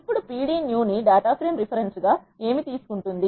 ఇప్పుడు p d new ని data frame reference గా ఏమి తీసుకుంటుంది